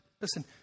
Listen